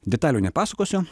detalių nepasakosiu